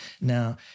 Now